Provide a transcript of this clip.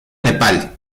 nepal